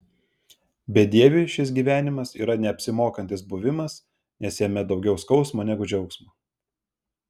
bedieviui šis gyvenimas yra neapsimokantis buvimas nes jame daugiau skausmo negu džiaugsmo